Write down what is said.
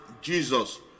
Jesus